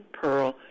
pearl